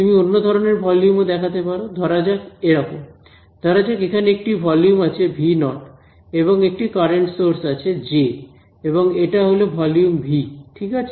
তুমি অন্য ধরনের ভলিউম ও দেখতে পারো ধরা যাক এরকম ধরা যাক এখানে একটি ভলিউম আছে V 0 এবং একটি কারেন্ট সোর্স আছে জে এবং এটা হল ভলিউম ভি ঠিক আছে